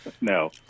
no